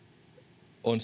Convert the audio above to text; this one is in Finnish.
on